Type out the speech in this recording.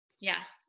Yes